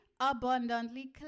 Abundantly